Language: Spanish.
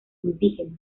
indígena